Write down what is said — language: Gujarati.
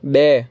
બે